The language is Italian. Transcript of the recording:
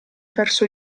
verso